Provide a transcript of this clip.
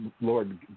Lord